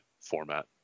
format